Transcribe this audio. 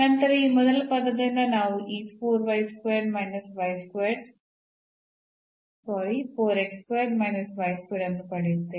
ನಂತರ ಈ ಮೊದಲ ಪದದಿಂದ ನಾವು ಈ ಅನ್ನು ಪಡೆಯುತ್ತೇವೆ